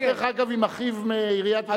יחד עם אחיו מעיריית ירושלים,